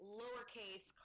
lowercase